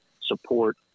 support